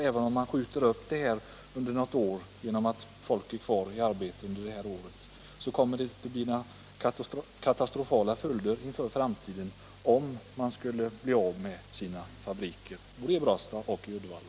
Även om man nu skjuter upp nedläggningen under något år — och folk är kvar i arbete under det här året — kommer det att bli katastrofala följder inför framtiden om man skulle bli av med sina fabriker i Brastad och Uddevalla.